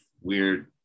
weird